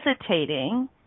hesitating